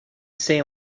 say